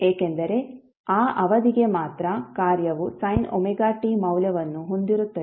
ಏಕೆಂದರೆ ಆ ಅವಧಿಗೆ ಮಾತ್ರ ಕಾರ್ಯವು sin ωt ಮೌಲ್ಯವನ್ನು ಹೊಂದಿರುತ್ತದೆ